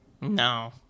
No